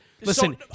listen